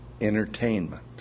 entertainment